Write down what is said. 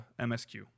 MSQ